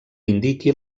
indiqui